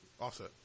Offset